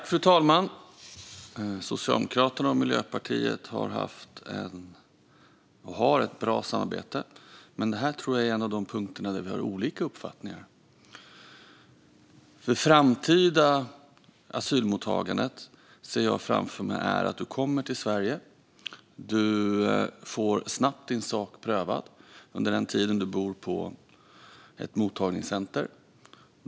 Fru talman! Socialdemokraterna och Miljöpartiet har haft och har ett bra samarbete. Detta tror jag dock är en av de punkter där vi har olika uppfattningar. Det framtida asylmottagande som jag ser framför mig är att du kommer till Sverige och får din sak prövad snabbt, och under tiden bor du på ett mottagningscenter.